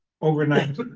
overnight